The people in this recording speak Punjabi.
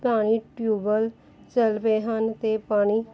ਪਾਣੀ ਟਿਊਬਵੈਲ ਚਲ ਪਏ ਹਨ ਅਤੇ ਪਾਣੀ